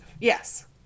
yes